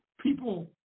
people